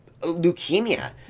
leukemia